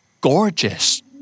Gorgeous